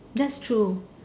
that's true